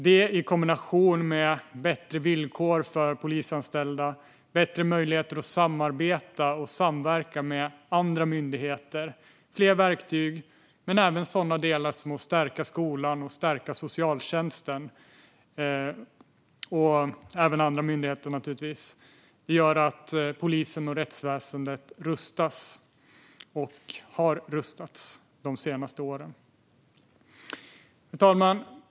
Det i kombination med bättre villkor för polisanställda, bättre möjligheter att samarbeta och samverka med andra myndigheter, fler verktyg och sådana delar som att stärka skolan, socialtjänsten och andra myndigheter bidrar till att polisen och rättsväsendet rustas och har rustats de senaste åren.